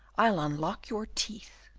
i'll unlock your teeth!